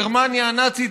גרמניה הנאצית,